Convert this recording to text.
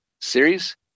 series